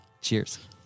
Cheers